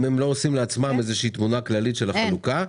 אם הם לא עושים לעצמם תמונה כללית של החלוקה,